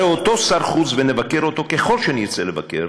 הרי אותו שר חוץ, ונבקר אותו ככל שנרצה לבקר,